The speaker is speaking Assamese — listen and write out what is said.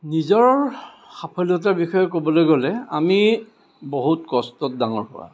নিজৰ সাফল্যতাৰ বিষয়ে ক'বলৈ গ'লে আমি বহুত কষ্টত ডাঙৰ হোৱা